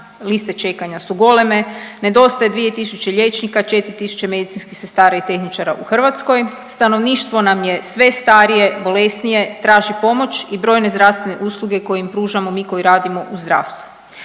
liste čekanja su goleme, nedostaje 2 tisuće liječnika, 4 tisuće medicinskih sestara i tehničara u Hrvatskoj, stanovništvo nam je sve starije i bolesnije i traži pomoć i brojne zdravstvene usluge koje im pružamo mi koji radimo u zdravstvu.